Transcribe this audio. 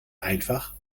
einfach